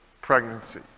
pregnancy